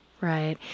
Right